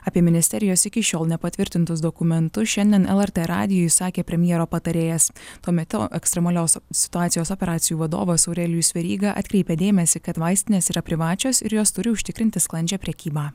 apie ministerijos iki šiol nepatvirtintus dokumentus šiandien lrt radijui sakė premjero patarėjas tuo metu ekstremalios situacijos operacijų vadovas aurelijus veryga atkreipia dėmesį kad vaistinės yra privačios ir jos turi užtikrinti sklandžią prekybą